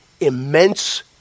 immense